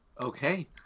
Okay